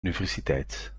universiteit